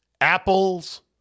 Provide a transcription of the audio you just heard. Apple's